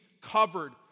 covered